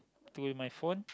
to my phone